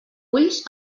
ulls